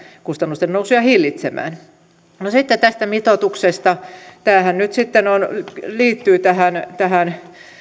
kustannusten nousua jopa hillitsemään no sitten tästä mitoituksesta tämähän nyt liittyy tähän